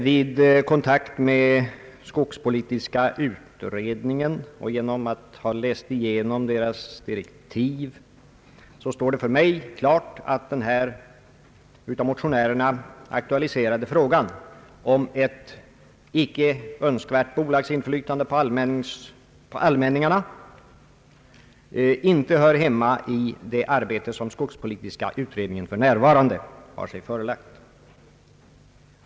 Efter kontakt med skogspolitiska utredningen och efter att ha läst igenom dess direktiv står det klart för mig, att den av motionärerna aktualiserade frågan om ett icke önskvärt bolagsinflytande på allmänningarna verkligen inte hör hemma i det arbete som den skogspolitiska utredningen för närvarande har sig förelagt.